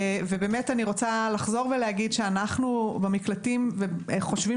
אני רוצה לחזור ולהגיד שאנחנו במקלטים חושבים